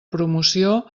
promoció